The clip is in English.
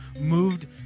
moved